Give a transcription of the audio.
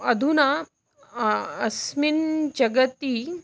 अधुना अस्मिन् जगति